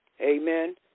Amen